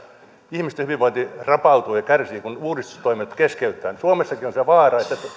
ihmisten hyvinvointi rapautuu ja kärsii kun uudistustoimet keskeytetään suomessakin on se vaara